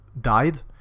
died